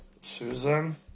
Susan